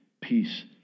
peace